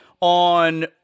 On